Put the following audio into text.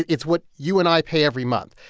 it's what you and i pay every month.